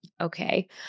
okay